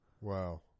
Wow